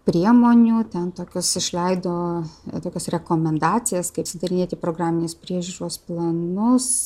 priemonių ten tokius išleido tokias rekomendacijas kaip sudarinėti programinės priežiūros planus